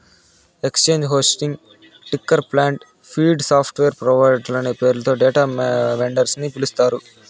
exchange hosting, ticker plant, feed, software ప్రొవైడర్లు అనే పేర్లతో డేటా వెండర్స్ ని పిలుస్తారు